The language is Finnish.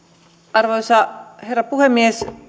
arvoisa herra puhemies